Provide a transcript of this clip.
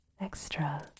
extra